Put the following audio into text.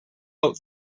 out